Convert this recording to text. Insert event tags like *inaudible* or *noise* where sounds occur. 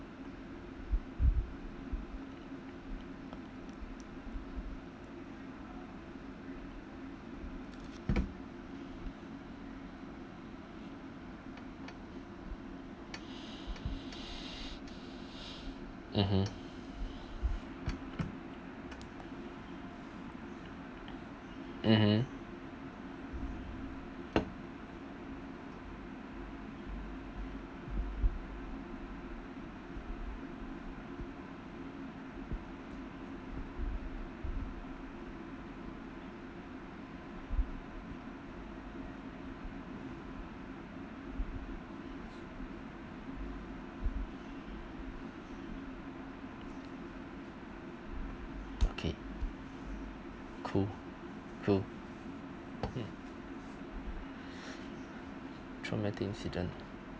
mmhmm mmhmm okay cool cool mm *breath* traumatic incident